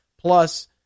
Plus